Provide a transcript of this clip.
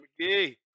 McGee